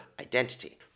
identity